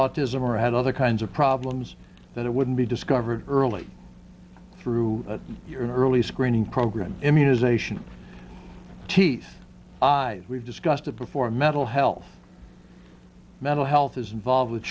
autism or had other kinds of problems that wouldn't be discovered early through your early screening program immunization teeth i we've discussed it before mental health mental health is involved with